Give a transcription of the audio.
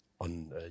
on